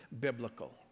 biblical